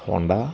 Honda